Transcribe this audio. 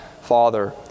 Father